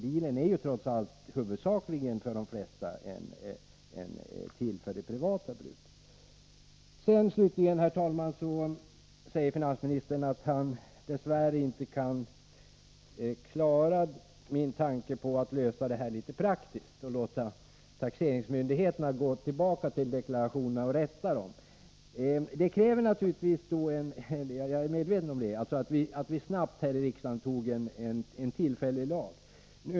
Bilen är för de flesta ändå huvudsakligen till Om skatteavdragen för det privata bruket. för bilresor till och Slutligen, herr talman, säger finansministern att han dess värre inte kan från arbetet förverkliga min praktiska lösning att låta taxeringsmyndigheterna genomföra en förnyad granskning av deklarationerna och rätta till dem. Det kräver naturligtvis — jag är medveten om det — att vi här i riksdagen snabbt antar en tillfällig lag.